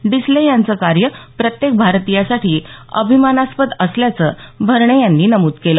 डिसले यांच कार्य प्रत्येक भारतीयासाठी अभिमानास्पद असल्याचं भरणे यांनी नमूद केलं